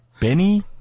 Benny